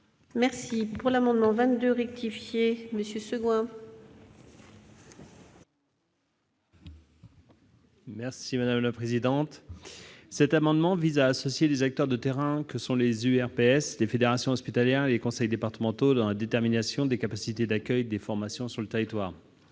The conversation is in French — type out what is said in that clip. : La parole est à M. Vincent Segouin. Cet amendement vise à associer les acteurs de terrain que sont les URPS, les fédérations hospitalières et les conseils départementaux dans la détermination des capacités d'accueil des formations sur le territoire.